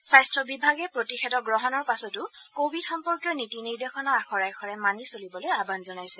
স্বাস্থ্য বিভাগে প্ৰতিষেধক গ্ৰহণৰ পাছতো কোৱিড সম্পৰ্কীয় নীতি নিৰ্দেশনা আখৰে আখেৰ মানি চলিবলৈ আহান জনাইছে